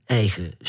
eigen